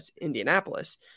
Indianapolis